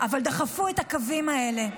אבל דחפו את הקווים האלה.